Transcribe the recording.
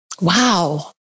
Wow